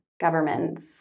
governments